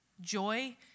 joy